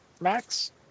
Max